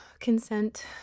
Consent